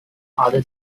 other